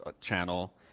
channel